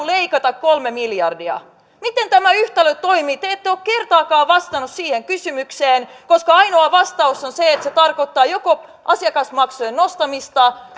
leikata kolme miljardia miten tämä yhtälö toimii te ette ole kertaakaan vastanneet siihen kysymykseen koska ainoa vastaus on se että se tarkoittaa joko asiakasmaksujen nostamista